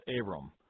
Abram